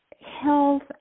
health